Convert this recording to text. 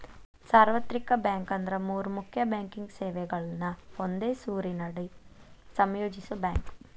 ಸಾರ್ವತ್ರಿಕ ಬ್ಯಾಂಕ್ ಅಂದ್ರ ಮೂರ್ ಮುಖ್ಯ ಬ್ಯಾಂಕಿಂಗ್ ಸೇವೆಗಳನ್ನ ಒಂದೇ ಸೂರಿನಡಿ ಸಂಯೋಜಿಸೋ ಬ್ಯಾಂಕ್